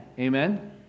Amen